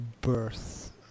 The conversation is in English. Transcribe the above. Birth